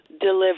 deliver